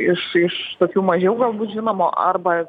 iš iš tokių mažiau galbūt žinomų arba